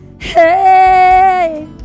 Hey